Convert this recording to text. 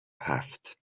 هفت